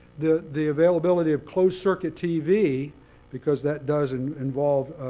the the availability of closed circuit tv because that does and involve